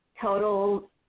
total